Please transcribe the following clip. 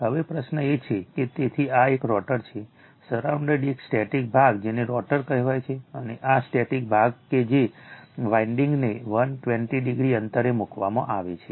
હવે પ્રશ્ન એ છે કે તેથી આ એક રોટર છે સરાઉન્ડેડ એક સ્ટેટિક ભાગ જેને રોટર કહેવાય છે અને આ સ્ટેટિક ભાગ કે જે વાઇન્ડીંગને 120o અંતરે મૂકવામાં આવે છે